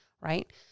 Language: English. right